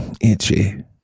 itchy